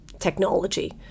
technology